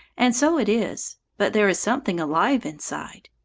and so it is. but there is something alive inside.